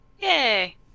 Yay